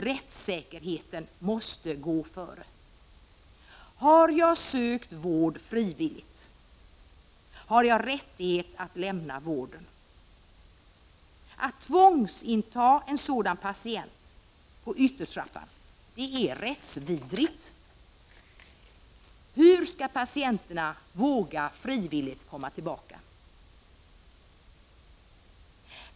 Rättssäkerheten måste dock gå före. Har jag sökt vård frivilligt, har jag rätt att lämna vården. Att tvångsinta en sådan patient på yttertrappan är rättsvidrigt. Hur skall patienterna våga komma tillbaka frivilligt?